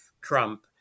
Trump